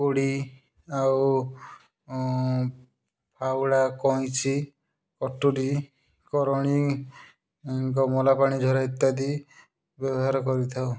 କୋଡ଼ି ଆଉ ଫାଉଡ଼ା କଇଁଚି କଟୁରୀ କରଣୀ ଗମଲା ପାଣିଝରା ଇତ୍ୟାଦି ବ୍ୟବହାର କରିଥାଉ